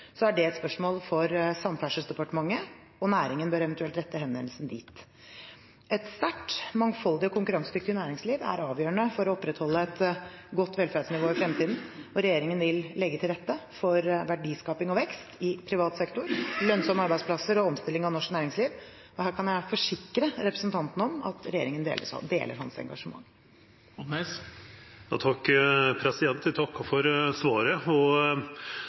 er det et spørsmål for Samferdselsdepartementet, og næringen bør eventuelt rette henvendelsen dit. Et sterkt, mangfoldig og konkurransedyktig næringsliv er avgjørende for å opprettholde et godt velferdsnivå i fremtiden. Regjeringen vil legge til rette for verdiskaping og vekst i privat sektor, lønnsomme arbeidsplasser og omstilling av norsk næringsliv. Her kan jeg forsikre representanten om at regjeringen deler hans engasjement. Eg takkar for svaret. Eg er, på lik linje med statsråden, oppteken av dette med forenkling og